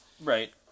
Right